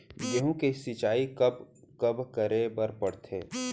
गेहूँ के सिंचाई कब कब करे बर पड़थे?